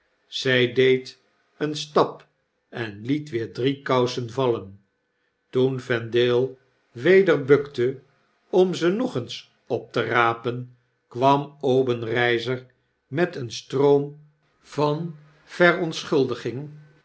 zjj deed een stap en liet weer drie kousen vallen toen vendale weder bukte om ze nog eens op te rapen kwam obenreizer met een stroom van verontschuldiging